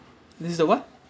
this is the what